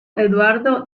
eduardo